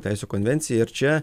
teisių konvenciją ir čia